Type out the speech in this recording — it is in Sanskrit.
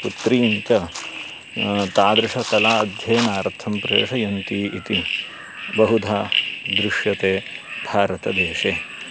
पुत्रीं च तादृशकलायाः अध्ययनार्थं प्रेषयन्ति इति बहुधा दृश्यते भारतदेशे